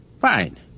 Fine